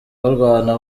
barwana